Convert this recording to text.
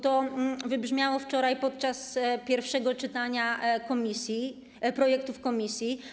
To wybrzmiało wczoraj podczas pierwszego czytania projektu w komisji.